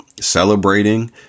celebrating